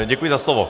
Děkuji za slovo.